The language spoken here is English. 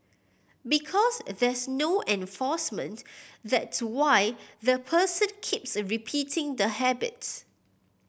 because there's no enforcement that's why the person keeps repeating the habits